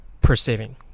perceiving